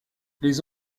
les